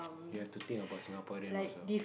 you have to think about Singapore then also